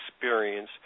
experience